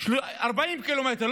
40 קילומטר,